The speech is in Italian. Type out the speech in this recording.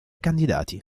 candidati